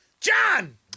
John